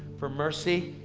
for mercy,